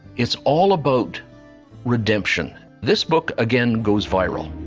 is all about redemption. this book, again, goes viral.